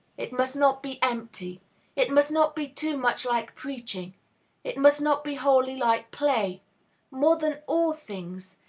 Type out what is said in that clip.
it must not be empty it must not be too much like preaching it must not be wholly like play more than all things,